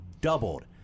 doubled